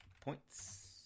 Points